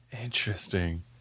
Interesting